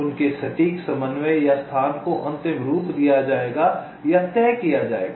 उनके सटीक समन्वय या स्थान को अंतिम रूप दिया जाएगा या तय किया जाएगा